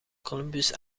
columbus